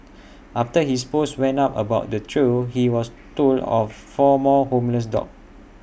after his post went up about the trio he was told of four more homeless dogs